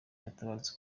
yaratabarutse